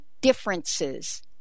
differences